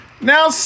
Now